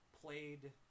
played